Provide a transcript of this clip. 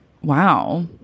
Wow